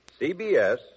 CBS